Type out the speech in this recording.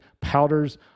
powders